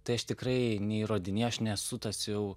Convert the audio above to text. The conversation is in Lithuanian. tai aš tikrai neįrodinėju aš nesu tas jau